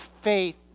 faith